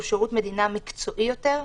הוא שירות מדינה מקצועי יותר,